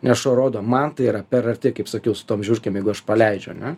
nes šuo rodo man tai yra per arti kaip sakiau su tom žiurkėm jeigu aš paleidžiu ane